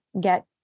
get